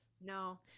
No